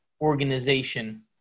organization